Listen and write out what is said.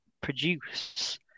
produce